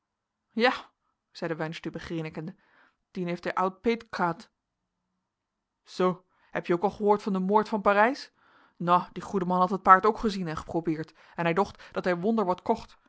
ja zeide weinstübe grinnikende dien heeft hij oud peet kehad zoo heb je ook al gehoord van den moord van parijs nou die goeie man had het paard ook gezien en geprobeerd en hij docht dat hij wonder wat kocht